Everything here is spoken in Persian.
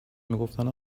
میگفتن